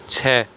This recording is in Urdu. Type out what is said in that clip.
چھ